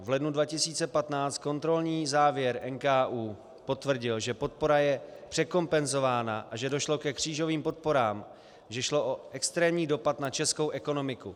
V lednu 2015 kontrolní závěr NKÚ potvrdil, že podpora je překompenzována a že došlo ke křížovým podporám, že šlo o extrémní dopad na českou ekonomiku.